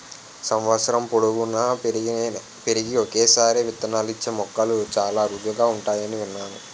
సంవత్సరం పొడువునా పెరిగి ఒక్కసారే విత్తనాలిచ్చే మొక్కలు చాలా అరుదుగా ఉంటాయని విన్నాను